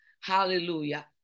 Hallelujah